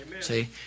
See